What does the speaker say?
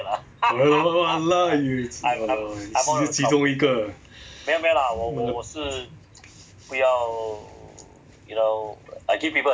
whatever lah you !walao! eh 你是其中一个